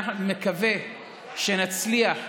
אני מקווה שנצליח בסיורים.